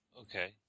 okay